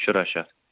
شُراہ شیٚتھ